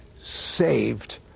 saved